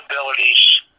abilities